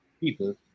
people